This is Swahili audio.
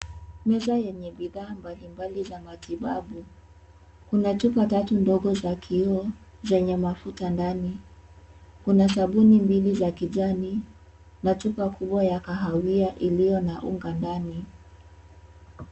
Meza yenye bidhaa mbalimbali za matibabu kuna chupa tatu ndogo za kioo zenye mafuta ndani kuna sabuni mbili za kijani na chupa kubwa ya kahawia iliyo na unga ndani.